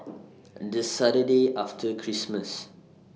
The Saturday after Christmas